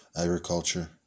agriculture